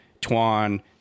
Tuan